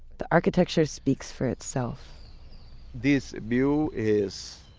the architecture speaks for itself this view is